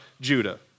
Judah